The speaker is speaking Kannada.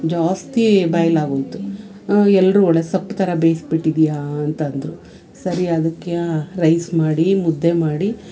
ಜಾಸ್ತಿ ಬಾಯ್ಲ್ ಆಗೋಯಿತು ಎಲ್ಲರು ಒಳ್ಳೆ ಸೊಪ್ಪ್ ಥರ ಬೇಯಿಸ್ಬಿಟ್ಟಿದ್ದಿಯಾ ಅಂತಂದರು ಸರಿ ಅದಕ್ಕೆ ರೈಸ್ ಮಾಡಿ ಮುದ್ದೆ ಮಾಡಿ